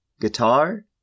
Guitar